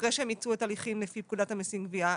אחרי שהן מיצו את ההליכים לפי פקודת המיסים (גבייה),